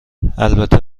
البته